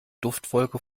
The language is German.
duftwolke